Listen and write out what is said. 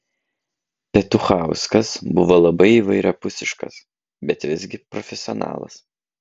petuchauskas buvo labai įvairiapusiškas bet visgi profesionalas